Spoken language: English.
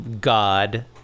God